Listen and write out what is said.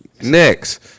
Next